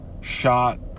shot